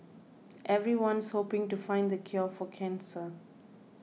everyone's hoping to find the cure for cancer